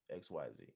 xyz